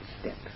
step